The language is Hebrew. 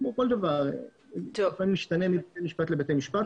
כמו כל דבר, זה משתנה לפעמים מבית משפט לבית משפט.